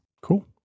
Cool